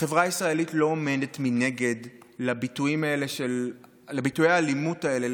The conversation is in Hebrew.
החברה הישראלית לא עומדת מנגד מול ביטוי האלימות האלה,